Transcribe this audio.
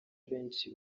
benshi